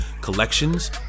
Collections